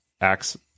acts